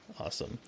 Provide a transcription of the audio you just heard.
Awesome